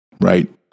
right